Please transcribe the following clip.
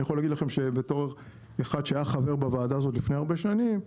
ואני יכול להגיד לכם בתור אחד שהיה חבר בוועדה הזאת לפני הרבה שנים,